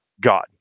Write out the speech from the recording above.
God